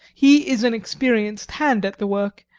he is an experienced hand at the work,